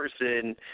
person